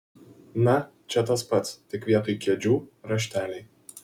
na čia tas pats tik vietoj kėdžių rašteliai